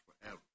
forever